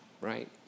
right